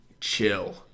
chill